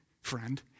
friend